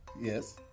Yes